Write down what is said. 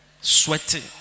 Sweating